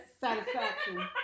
satisfaction